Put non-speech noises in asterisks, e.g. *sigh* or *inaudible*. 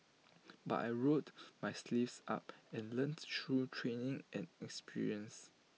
*noise* but I rolled my sleeves up and learnt through training and experience